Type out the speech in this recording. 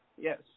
Yes